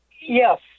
Yes